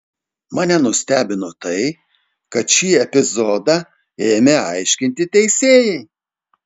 mane nustebino tai kad šį epizodą ėmė aiškinti teisėjai